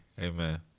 Amen